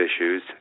issues